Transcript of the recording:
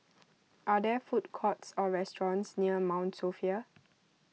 are there food courts or restaurants near Mount Sophia